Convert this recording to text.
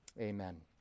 Amen